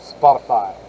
Spotify